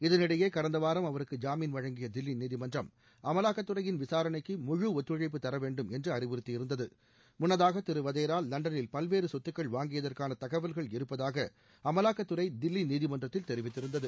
இதனிடையே கடந்த வாரம் அவருக்கு ஜாமீன் வழங்கிய தில்லி நீதிமன்றம் அமலாக்கத்துறையின் விசாரணைக்கு முழு ஒத்துழைப்பு தரவேண்டும் என்று அறிவுறுத்தி இருந்தது முன்னதாக திரு வதேரா லண்டனில் பல்வேறு சொத்துக்கள் வாங்கியதற்கான தகவல்கள் இருப்பதாக அமலாக்கத்துறை தில்லி நீதிமன்றத்தில் தெரிவித்திருந்தது